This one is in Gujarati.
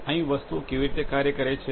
અહીં વસ્તુઓ કેવી રીતે કાર્ય કરે છે